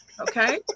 Okay